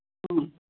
ꯎꯝ